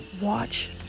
watch